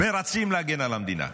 ורצים להגן על המדינה.